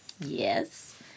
Yes